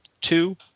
Two